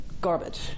garbage